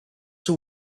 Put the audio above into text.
the